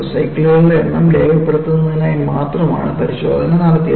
സൈക്കിളുകളുടെ എണ്ണം രേഖപ്പെടുത്തുന്നതിനായി മാത്രമാണ് പരിശോധന നടത്തിയത്